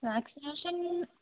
vaccination